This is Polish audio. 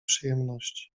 przyjemności